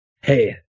Hey